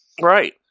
Right